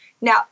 Now